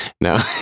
No